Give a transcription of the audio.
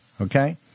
okay